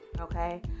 okay